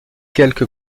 quelque